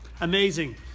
Amazing